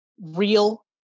real